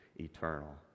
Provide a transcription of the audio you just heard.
Eternal